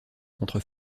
contre